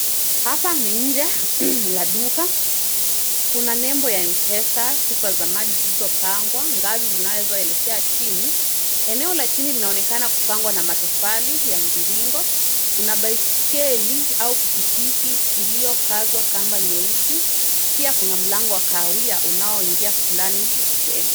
Hapa ni nje la duka. Kuna nembo ya M-pesa, chupa za maji zilizopangwa, ngazi zinazoelekea chini. Eneo la chini linaonekana kupangwa na matofali ya mviringo. Kuna baisikeli au pikipiki iliyokazwa kamba nyeusi. Pia, kuna mlango wa kahawia unaoingia ndani ya jengo.